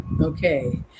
okay